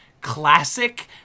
classic